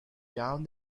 down